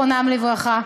זיכרונם לברכה.